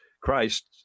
Christ